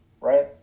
right